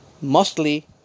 mostly